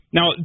Now